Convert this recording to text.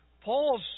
Paul's